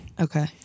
Okay